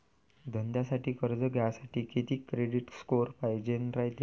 धंद्यासाठी कर्ज घ्यासाठी कितीक क्रेडिट स्कोर पायजेन रायते?